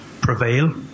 prevail